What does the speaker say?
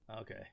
Okay